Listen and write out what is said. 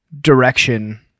direction